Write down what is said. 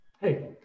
Hey